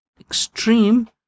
extreme